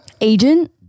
Agent